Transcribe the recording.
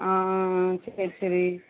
ஆ ஆ ஆ சரி சரி